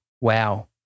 wow